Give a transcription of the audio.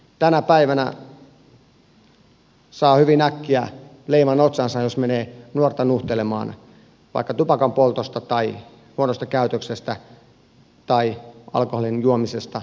tänä päivänä saa hyvin äkkiä leiman otsaansa jos menee nuorta nuhtelemaan vaikka tupakanpoltosta tai huonosta käytöksestä tai alkoholin juomisesta julkisella paikalla